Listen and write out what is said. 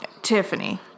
Tiffany